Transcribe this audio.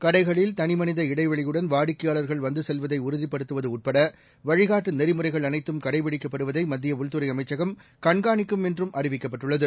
கடைகளில் தனிமனித இடைவெளியுடன் வாடிக்கையாளர்கள் வந்து செல்வதை உறுதிப்படுத்துவது உட்பட வழிகாட்டு நெறிமுறைகள் அனைத்தும் கடைபிடிக்கப்படுவதை மத்திய உள்துறை அமைச்சகம் கண்காணிக்கும் என்றும் அறிவிக்கப்பட்டுள்ளது